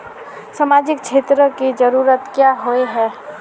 सामाजिक क्षेत्र की जरूरत क्याँ होय है?